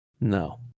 no